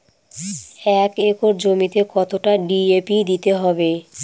এক একর জমিতে কতটা ডি.এ.পি দিতে হবে?